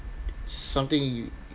something you